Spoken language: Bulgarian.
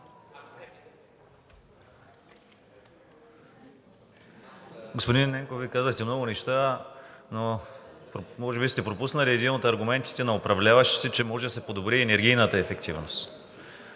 Господин Ненков, Вие казахте много неща, но може би сте пропуснали един от аргументите на управляващите, че може да се подобри енергийната ефективност.